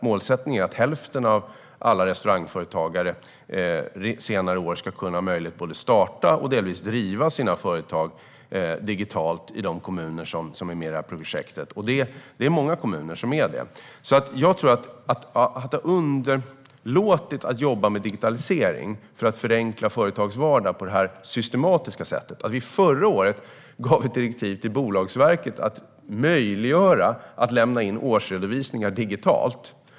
Målet är att hälften av alla restaurangföretagare senare i år ska ha möjlighet att både starta och delvis driva sina företag digitalt i de kommuner som är med i projektet. Många kommuner är med. Det går inte att underlåta att jobba med digitalisering för att förenkla företags vardag på ett systematiskt sätt. Vi gav förra året ett direktiv till Bolagsverket att göra det möjligt att lämna in årsredovisningar digitalt.